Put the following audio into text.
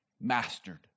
mastered